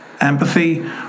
empathy